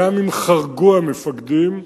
גם אם חרגו המפקדים,